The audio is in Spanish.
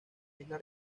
isla